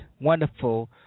wonderful